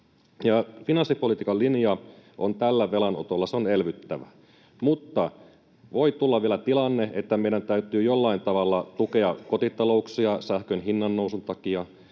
finanssipolitiikan linja on tällä velanotolla elvyttävä, mutta voi tulla vielä tilanne, että meidän täytyy jollain tavalla tukea kotitalouksia sähkön hinnannousun takia,